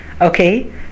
okay